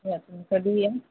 या तुम्ही कधीही या